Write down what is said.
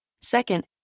Second